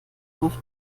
auf